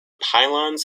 pylons